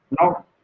Now